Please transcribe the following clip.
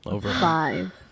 Five